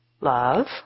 love